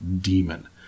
demon